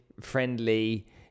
friendly